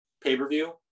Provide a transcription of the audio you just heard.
pay-per-view